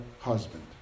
husband